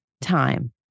time